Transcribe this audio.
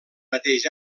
mateix